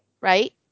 Right